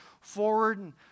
forward